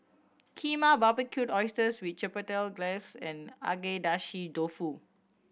Kheema Barbecued Oysters with Chipotle Glaze and Agedashi Dofu